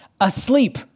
asleep